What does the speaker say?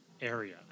area